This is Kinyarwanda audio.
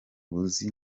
buzi